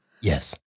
Yes